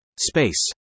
Space